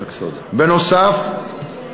בנוסף,